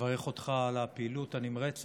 לברך אותך על הפעילות הנמרצת,